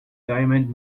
diamond